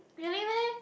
really meh